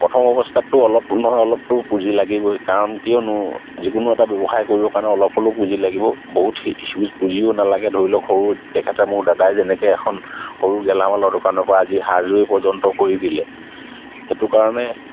প্ৰথম অৱস্থাতটো অলপ নহয় অলপটো পুঁজি লাগিবই কাৰণ কিয়নো যিকোনো এটা ব্যৱসায় কৰিবৰ কাৰণে অলপ হ'লেও পুঁজি লাগিব বহুত হিউজ পুজিও নালাগে ধৰি লওক সৰু তেখেতে মোৰ দাদাই যেনেকৈ এখন সৰু গেলামালৰ দোকানৰপৰা আজি হাৰ্ডৱেৰ পৰ্যন্ত কৰি দিলে সেইটো কাৰণে